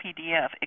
PDF